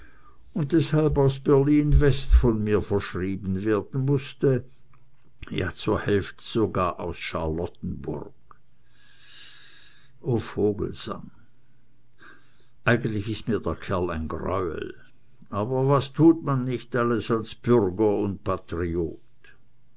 und deshalb aus berlin w von mir verschrieben werden mußte ja zur hälfte sogar aus charlottenburg o vogelsang eigentlich ist mir der kerl ein greuel aber was tut man nicht alles als bürger und patriot